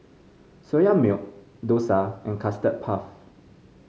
Soya Milk dosa and Custard Puff